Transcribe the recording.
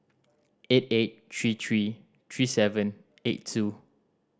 eight eight three three three seven eight two